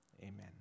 amen